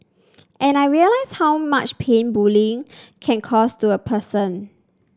and I realised how much pain bullying can cause to a person